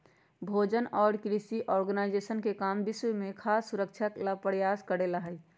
भोजन और कृषि ऑर्गेनाइजेशन के काम विश्व में खाद्य सुरक्षा ला प्रयास करे ला हई